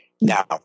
Now